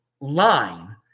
line